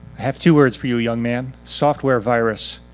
have two words for you, young man. software virus.